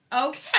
Okay